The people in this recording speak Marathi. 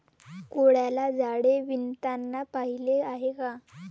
कोळ्याला जाळे विणताना पाहिले आहे का?